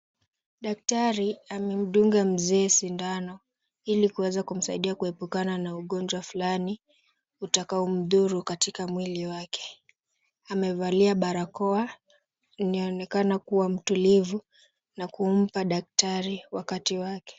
Daktari amemdunga mzee sindano ili kuweza kumsaidia kuepukana na ugonjwa fulani utakaomdhuru katika mwili wake. Amevalia barakoa inaonekana kuwa mtulivu na kumpa daktari wakati wake.